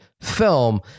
film